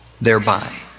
thereby